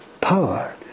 power